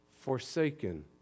forsaken